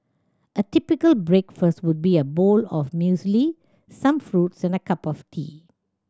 a typical breakfast would be a bowl of muesli some fruits and a cup of coffee